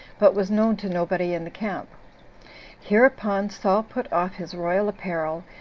but was known to nobody in the camp hereupon saul put off his royal apparel,